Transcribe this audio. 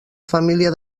família